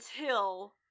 until-